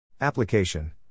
Application